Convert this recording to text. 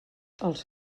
els